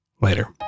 Later